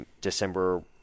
December